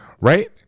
right